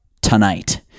tonight